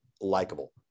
likable